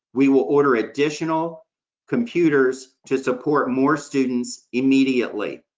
we will order additional computers to support more students, immediately.